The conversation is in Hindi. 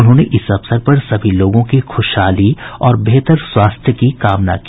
उन्होंने इस अवसर पर सभी लोगों की खुशहाली और बेहतर स्वास्थ्य की कामना की